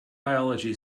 biology